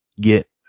get